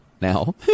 now